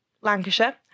Lancashire